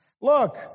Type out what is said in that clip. Look